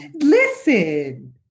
Listen